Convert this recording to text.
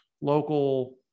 local